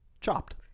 chopped